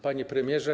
Panie Premierze!